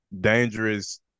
dangerous